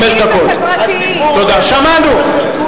הציבור, שמענו.